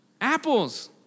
Apples